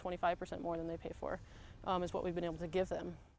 twenty five percent more than they pay for what we've been able to give them